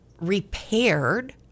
repaired